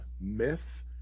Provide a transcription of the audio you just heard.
Myth